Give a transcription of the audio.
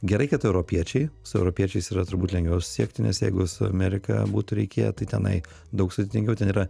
gerai kad europiečiai su europiečiais yra turbūt lengviau susisiekti nes jeigu su amerika būtų reikėję tai tenai daug sudėtingiau ten yra